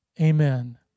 amen